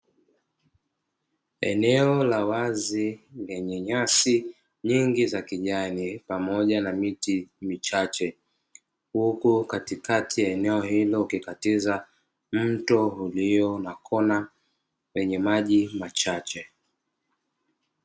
Eneo la wazi lenye nyasi nyingi za kijani pamoja na miti michache huku katikati ya eneo hilo ukikatiza mto ulio na kona wenye maji machache.